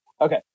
Okay